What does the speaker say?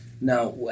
Now